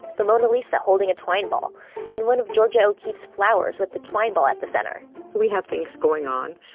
the mona lisa holding a twine ball and one of georgia o'keeffe's flowers with a twine ball at the center we have things going on,